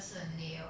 ya